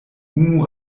unu